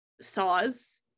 Saw's